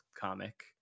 comic